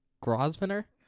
Grosvenor